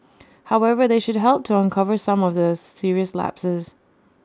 however they should help to uncover some of the serious lapses